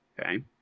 Okay